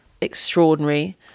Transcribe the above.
extraordinary